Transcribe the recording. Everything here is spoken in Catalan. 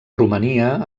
romania